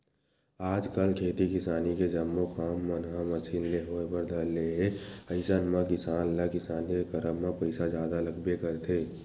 आजकल खेती किसानी के जम्मो काम मन ह मसीन ले होय बर धर ले हे अइसन म किसान ल किसानी के करब म पइसा जादा लगबे करथे